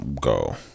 go